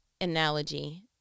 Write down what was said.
analogy